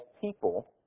people